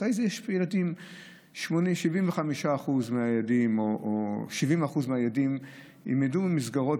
אחרי זה 75% מהילדים או 70% מהילדים ילמדו במסגרות,